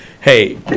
Hey